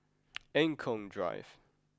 Eng Kong Drive